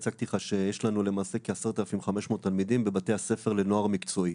הצגתי לך שיש לנו למעשה כ-10,500 תלמידים בבתי הספר לנוער מקצועי.